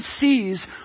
sees